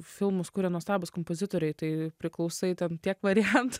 filmus kuria nuostabūs kompozitoriai tai priklausai ten tiek variantų